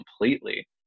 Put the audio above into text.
completely